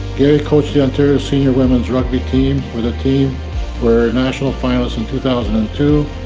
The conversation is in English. gary coached the ontario senior women's rugby team, where the team were national finalists in two thousand and two,